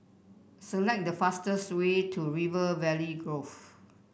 select the fastest way to River Valley Grove